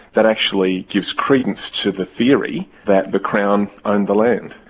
that actually gives credence to the theory that the crown owned the land.